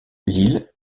lille